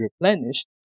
replenished